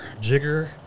Jigger